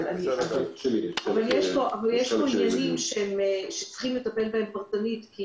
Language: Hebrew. אבל יש פה עניינים שצריכים לטפל בהם פרטנית,